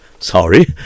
Sorry